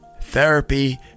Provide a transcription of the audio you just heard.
Therapy